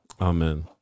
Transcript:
Amen